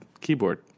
keyboard